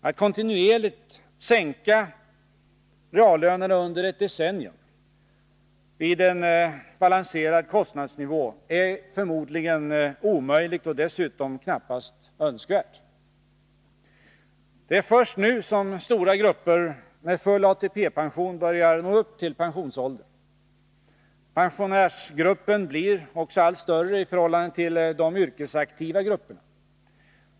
Att kontinuerligt sänka reallönerna under ett decennium vid en balanserad kostnadsnivå är förmodligen omöjligt och dessutom knappast önskvärt. Det är först nu som stora grupper med full ATP-pension börjar nå pensionsåldern. Pensionärsgruppen blir också allt större i förhållande till de yrkesaktiva grupperna.